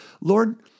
Lord